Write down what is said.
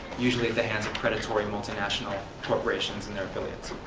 usually at the hands of predatory, multi-national corporations and their affiliates.